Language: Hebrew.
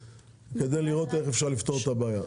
כדי לראות איך אפשר לפתור את הבעיה.